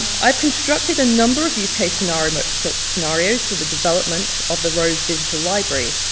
i've constructed a number of use case scenarios so scenarios for the development of the rose digital library,